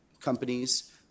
companies